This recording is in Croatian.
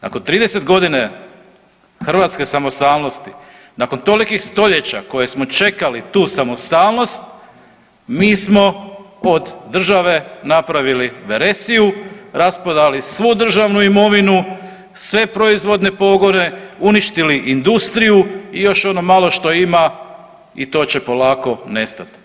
Nakon 30 godina hrvatske samostalnosti, nakon tolikih stoljeća koju smo čekali tu samostalnost mi smo od države napravili veresiju, rasprodali svu državnu imovinu, sve proizvodne pogone, uništili industriju i još ono malo što ima i to će polako nestat.